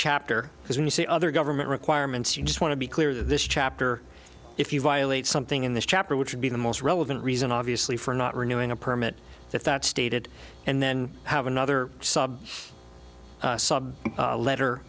chapter because you see other government requirements you just want to be clear this chapter if you violate something in this chapter which would be the most relevant reason obviously for not renewing a permit that that stated and then have another sub sub letter